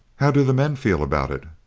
how do the men feel about it?